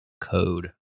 code